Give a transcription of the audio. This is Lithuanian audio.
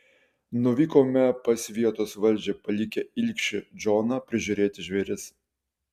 nuvykome pas vietos valdžią palikę ilgšį džoną prižiūrėti žvėris